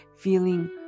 feeling